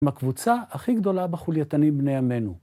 מקבוצה הכי גדולה בחולייתנים בני עמנו.